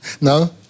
No